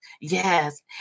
Yes